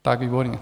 Tak, výborně.